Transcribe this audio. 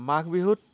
মাঘ বিহুত